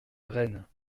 rennes